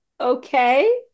Okay